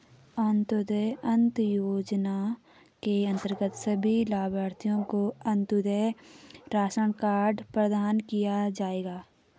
अंत्योदय अन्न योजना के अंतर्गत सभी लाभार्थियों को अंत्योदय राशन कार्ड प्रदान किया जाएगा